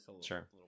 Sure